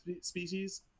species